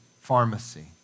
pharmacy